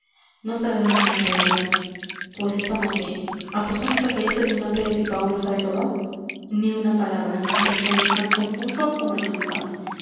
no sabemos una palabra pues estamos bien apostamos a que este tunante de pipaón lo sabe todo ni una palabra respondí tan confuso como los demás